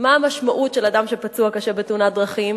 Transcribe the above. מה המשמעות של אדם שפצוע קשה בתאונת דרכים